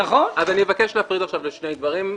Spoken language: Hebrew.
אני מבקש להפריד עכשיו לשני דברים.